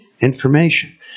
Information